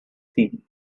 see